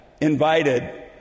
invited